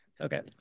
Okay